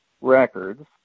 Records